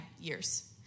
years